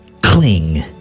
cling